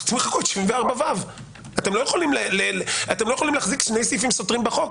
אז צריכים למחוק את 74ו. אתם לא יכולים להחזיק שני סעיפים סותרים בחוק.